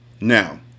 Now